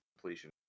completion